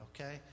okay